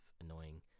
annoying